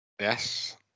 Yes